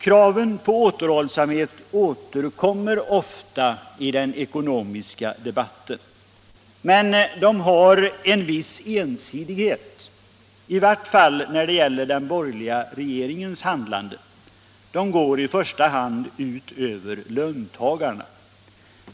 Kraven på återhållsamhet återkommer ofta i den ekonomiska debatten. Men de har en viss ensidighet, i vart fall när det gäller den borgerliga regeringens handlande. De går i första hand ut över löntagarna.